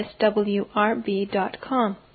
swrb.com